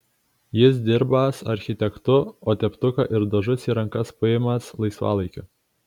jis dirbąs architektu o teptuką ir dažus į rankas paimąs laisvalaikiu